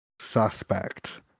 suspect